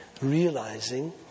realizing